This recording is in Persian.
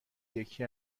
یکی